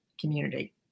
community